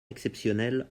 exceptionnel